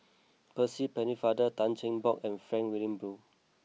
Percy Pennefather Tan Cheng Bock and Frank Wilmin Brewer